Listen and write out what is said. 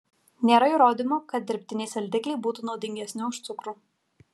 nėra įrodymų kad dirbtiniai saldikliai būtų naudingesni už cukrų